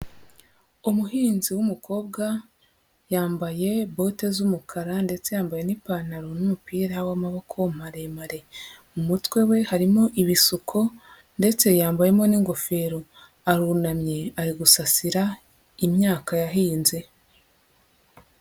Umuhinzi w'umukobwa yambaye bote z'umukara ndetse yambaye n'ipantaro n'umupira w'amaboko maremare, mu mutwe we harimo ibisuko ndetse yambayemo n'ingofero arunamye ari gusasira imyaka yahinze.